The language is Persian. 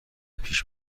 پیش